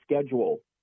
schedule